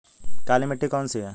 काली मिट्टी कौन सी है?